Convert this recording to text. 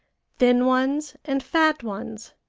thin ones and fat ones,